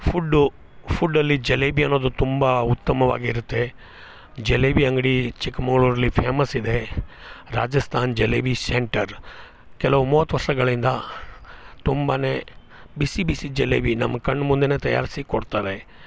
food ಫುಡ್ಡಲ್ಲಿ ಜಲೇಬಿ ಅನ್ನೋದು ತುಂಬ ಉತ್ತಮವಾಗಿರುತ್ತೆ ಜಲೇಬಿ ಅಂಗಡಿ ಚಿಕ್ಮಗ್ಳೂರಲ್ಲಿ ಫೇಮಸ್ ಇದೆ ರಾಜಸ್ಥಾನ ಜಲೇಬಿ ಸೆಂಟರ್ ಕೆಲವು ಮೂವತ್ತು ವರ್ಷಗಳಿಂದ ತುಂಬಾ ಬಿಸಿ ಬಿಸಿ ಜಲೇಬಿ ನಮ್ಮ ಕಣ್ಮುಂದೆ ತಯಾರಿಸಿ ಕೊಡ್ತಾರೆ